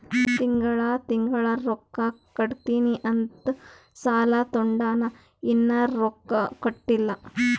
ತಿಂಗಳಾ ತಿಂಗಳಾ ರೊಕ್ಕಾ ಕಟ್ಟತ್ತಿನಿ ಅಂತ್ ಸಾಲಾ ತೊಂಡಾನ, ಇನ್ನಾ ರೊಕ್ಕಾ ಕಟ್ಟಿಲ್ಲಾ